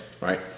right